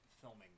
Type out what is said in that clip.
filming